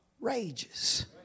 rages